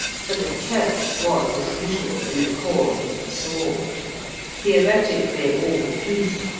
for the church was as usual in accord with the sword theoretically all peace,